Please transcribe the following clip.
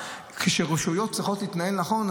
כשרשויות צריכות להתנהל נכון,